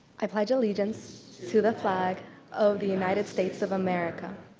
i pledge allegiance to the flag of the united states of america,